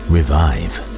Revive